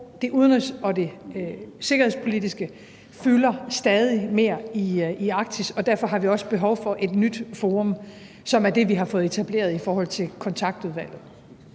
Det udenrigs- og sikkerhedspolitiske fylder stadig mere i Arktis, og derfor har vi også behov for et nyt forum, som er det, vi har fået etableret med kontaktudvalget.